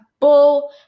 bull